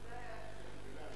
גלאון.